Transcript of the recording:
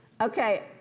Okay